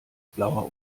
blauer